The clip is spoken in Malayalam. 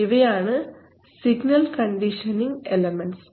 ഇവയാണ് സിഗ്നൽ കണ്ടീഷനിങ് എലമെൻറ്സ്